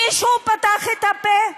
מישהו פתח את הפה?